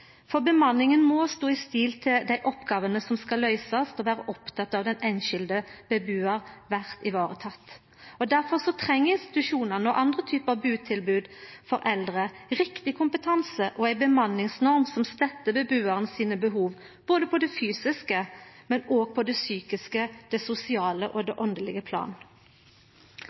for bemanninga må vera i samsvar med dei oppgåvene som skal løysast, slik at den einskilde bebuar blir vareteken. Difor treng institusjonane og andre typar butilbod for eldre riktig kompetanse og ei bemanningsnorm som stettar behova til bebuaren, både på det fysiske, det psykiske, det sosiale og det